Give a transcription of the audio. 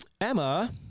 Emma